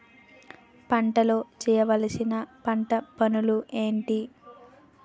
పంటలో చేయవలసిన పంటలు పనులు ఏంటి?